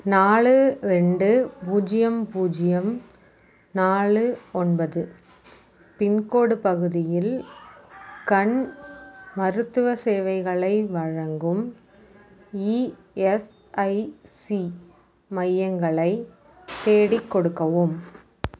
நாலு ரெண்டு பூஜ்ஜியம் பூஜ்ஜியம் நாலு ஒன்பது பின்கோடு பகுதியில் கண் மருத்துவச் சேவைகளை வழங்கும் இஎஸ்ஐசி மையங்களை தேடிக் கொடுக்கவும்